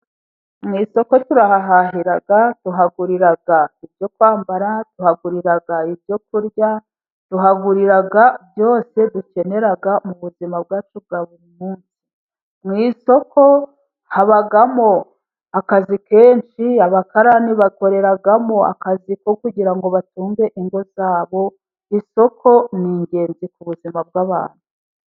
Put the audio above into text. Mu isoko turahahahira ,tuhagurira ibyo kwambara, tuhagurira ,ibyo kurya, tuhagurira byose dukenera mu buzima bwacu bwa buri munsi ,mu isoko habamo akazi kenshi ,abakarani bakoreramo akazi ko kugira ngo batunge ingo zabo .Isoko ni ingenzi ku buzima bw'abantu.